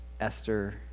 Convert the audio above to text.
Esther